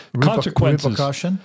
consequences